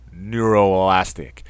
neuroelastic